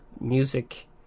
music